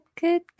good